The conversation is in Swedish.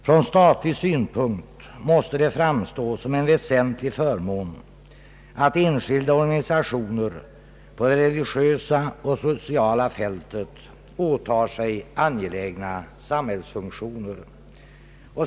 Från statlig synpunkt måste det framstå såsom en väsentlig förmån att enskilda organisationer på det religiösa och sociala fältet åtar sig angelägna samhällsfunktioner.